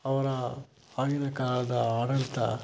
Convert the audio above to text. ಅವರ ಆಗಿನ ಕಾಲದ ಆಡಳಿತ